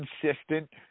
consistent